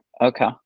Okay